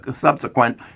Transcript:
subsequent